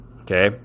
Okay